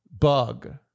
bug